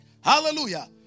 Hallelujah